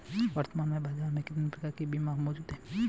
वर्तमान में बाज़ार में कितने प्रकार के बीमा मौजूद हैं?